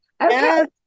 yes